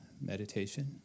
meditation